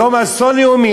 יום אסון לאומי.